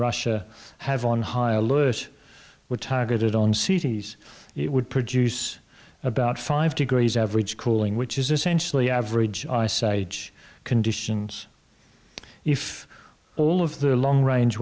russia have on high alert were targeted on cities it would produce about five degrees average cooling which is essentially average ice age conditions if all of the long range